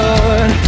Lord